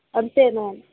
అంతేనా